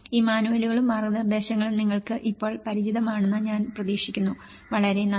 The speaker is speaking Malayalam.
ഈ മാനുവലുകളും മാർഗ്ഗനിർദ്ദേശങ്ങളും നിങ്ങൾക്ക് ഇപ്പോൾ പരിചിതമാണെന്ന് ഞാൻ പ്രതീക്ഷിക്കുന്നു വളരെ നന്ദി